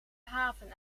haven